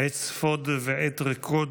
עת ספוד ועת רקוד.